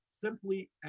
simply